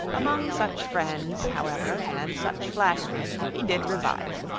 among such friends, however, and such flattery, he did revive.